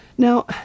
Now